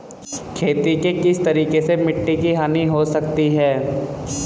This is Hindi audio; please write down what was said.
खेती के किस तरीके से मिट्टी की हानि हो सकती है?